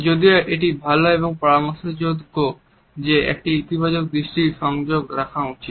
যদিও এটি ভাল এবং পরামর্শযোগ্য যে একটি ইতিবাচক দৃষ্টি সংযোগ রাখা উচিত